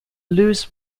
loose